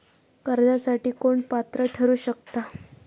कर्जासाठी कोण पात्र ठरु शकता?